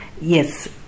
yes